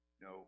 no